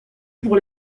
pour